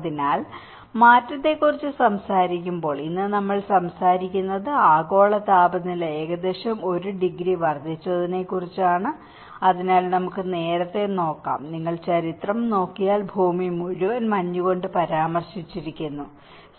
അതിനാൽ മാറ്റത്തെക്കുറിച്ച് സംസാരിക്കുമ്പോൾ ഇന്ന് നമ്മൾ സംസാരിക്കുന്നത് ആഗോള താപനില ഏകദേശം 1 ഡിഗ്രി വർധിച്ചതിനെക്കുറിച്ചാണ് അതിനാൽ നമുക്ക് നേരത്തെ നോക്കാം നിങ്ങൾ ചരിത്രം നോക്കിയാൽ ഭൂമി മുഴുവൻ മഞ്ഞ് കൊണ്ട് പരാമർശിച്ചിരിക്കുന്നു